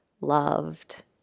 loved